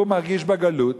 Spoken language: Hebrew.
הוא מרגיש בגלות,